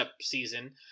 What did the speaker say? season